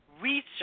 research